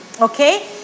okay